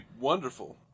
wonderful